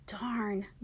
darn